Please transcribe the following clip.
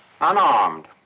unarmed